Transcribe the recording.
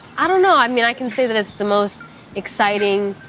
i don't know. i mean i can say that it's the most exciting,